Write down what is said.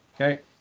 Okay